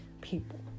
people